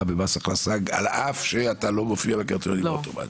במס הכנסה על אף שאתה לא מופיע בקריטריון אוטומטי.